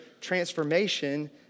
transformation